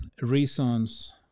reasons